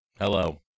hello